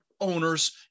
owners